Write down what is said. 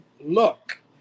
look